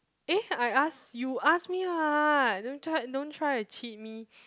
eh I ask you ask me [what] don't try don't try to cheat me